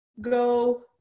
go